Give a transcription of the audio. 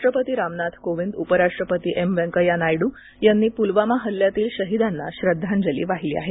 राष्ट्रपती रामनाथ कोविंद उपराष्ट्रपती एम व्यंकया नायडू यांनी पुलवामा हल्ल्यातील शहिदांना श्रद्धांजली वाहिली आहे